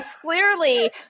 Clearly